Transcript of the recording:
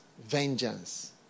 vengeance